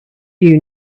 due